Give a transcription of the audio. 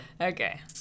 Okay